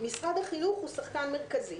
משרד החינוך הוא שחקן מרכזי.